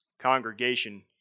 Congregation